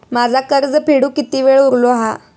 माझा कर्ज फेडुक किती वेळ उरलो हा?